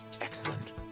Excellent